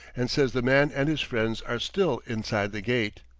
and says the man and his friends are still inside the gate.